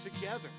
together